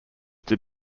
did